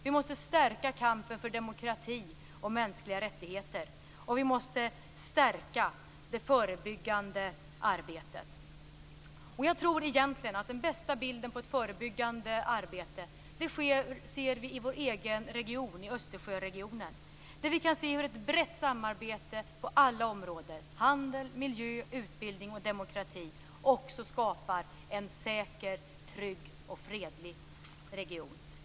Vi måste stärka kampen för demokrati och mänskliga rättigheter, och vi måste stärka det förebyggande arbetet. Jag tror egentligen att vi ser den bästa bilden av förebyggande arbete i vår egen region, Östersjöregionen, där vi kan se hur ett brett samarbete på alla områden - handel, miljö, utbildning och demokrati - också skapar en säker, trygg och fredlig region.